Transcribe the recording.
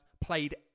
played